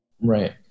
right